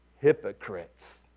hypocrites